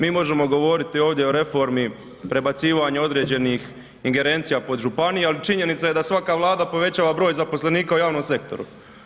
Mi možemo govoriti ovdje o reformi prebacivanja određenih ingerencija pod županije, ali činjenica je da svaka vlada povećava broj zaposlenika u javnom sektoru.